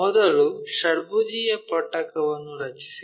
ಮೊದಲು ಷಡ್ಭುಜೀಯ ಪಟ್ಟಕವನ್ನು ರಚಿಸಿ